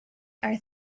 are